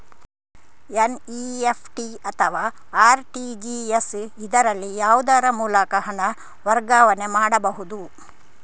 NEFT ಅಥವಾ RTGS, ಇದರಲ್ಲಿ ಯಾವುದರ ಮೂಲಕ ಹಣ ವರ್ಗಾವಣೆ ಮಾಡಬಹುದು?